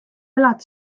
elad